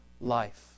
life